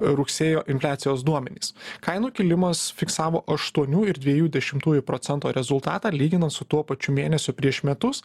rugsėjo infliacijos duomenys kainų kilimas fiksavo aštuonių ir dviejų dešimtųjų procentų rezultatą lyginant su tuo pačiu mėnesiu prieš metus